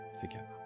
together